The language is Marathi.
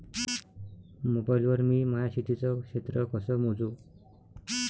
मोबाईल वर मी माया शेतीचं क्षेत्र कस मोजू?